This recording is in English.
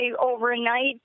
overnight